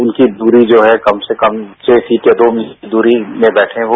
उनकी दूरी जो हैं कम से कम छह फिट या दो मीटर की दूरी में बैठे हो